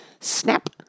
snap